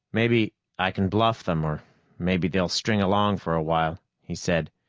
maybe i can bluff them, or maybe they'll string along for a while, he said.